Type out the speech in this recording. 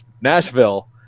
Nashville